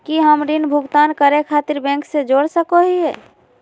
की हम ऋण भुगतान करे खातिर बैंक से जोड़ सको हियै?